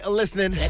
listening